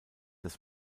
das